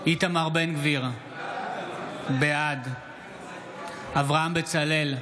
איתמר בן גביר, בעד אברהם בצלאל,